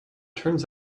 turns